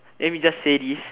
let me just say this